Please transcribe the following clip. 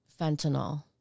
fentanyl